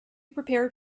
prepared